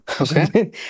Okay